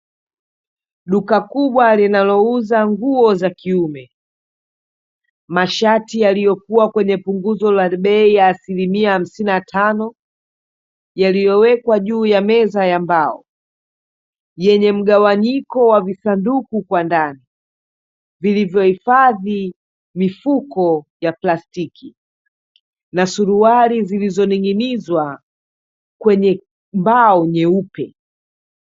Duka kubwa linalouza nguo za kiume. Mashati yaliyokuwa kwenye punguzo la bei ya asilimia hamsini na tano yaliyowekwa juu ya meza ya mbao yenye mgawanyiko wa visanduku kwa ndani, vilivyohifadhi mifuko ya plastiki na suruali zilizoning'inizwa kwenye mbao nyeupe.